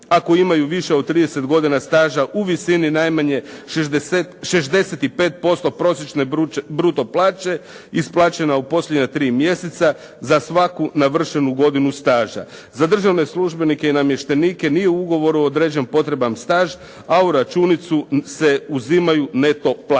ako imaju više od 30 godina staža, u visini najmanje 65% prosječne bruto plaće isplaćena u posljednja 3 mjeseca za svaku navršenu godinu staža. Za državne službenike i namještenike nije u ugovoru određen potreban staž, a u računicu se uzimaju neto plaće.